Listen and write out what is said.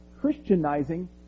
Christianizing